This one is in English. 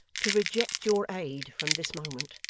to reject your aid from this moment,